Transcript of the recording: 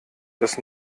das